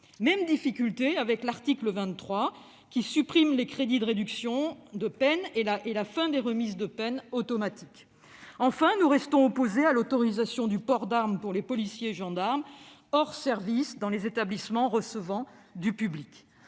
Même difficulté avec l'article 23, qui supprime les crédits de réduction de peine et l'automaticité des remises de peine. Enfin, nous restons opposés à l'autorisation de port d'arme pour les policiers et gendarmes hors service dans les établissements recevant du public.